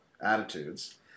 attitudes –